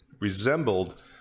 resembled